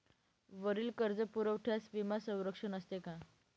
वरील कर्जपुरवठ्यास विमा संरक्षण असते का?